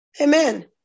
Amen